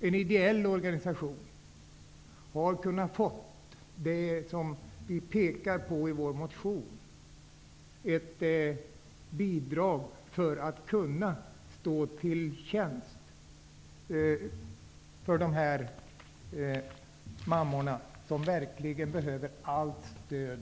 en ideell organisation, har kunnat få det vi pekar på i vår motion, nämligen ett bidrag för att kunna stå till tjänst för dessa mammor, som verkligen behöver allt stöd.